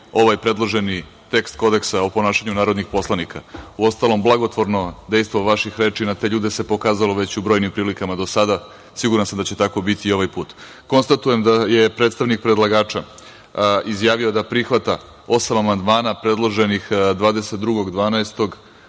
ovaj predloženi tekst kodeksa o ponašanju narodnih poslanika. Uostalom, blagotvorno dejstvo vaših reči na te ljude se pokazalo već u brojnim prilikama do sada. Siguran sam da će tako biti i ovaj put. Konstatujem da je predstavnik predlagača izjavio da prihvata osam amandmana predloženih 22.12.